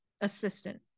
assistant